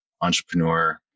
entrepreneur